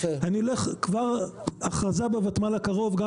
אני הולך כבר להכרזה בותמ"ל הקרוב גם